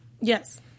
Yes